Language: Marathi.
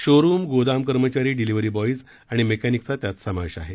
शोरुम गोदाम कर्मचारी डिलीव्हरी बॉईज आणि मेकॅनिकचा त्यात समावेश आहे